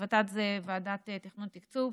ועדת תכנון ותקצוב,